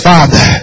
Father